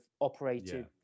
operated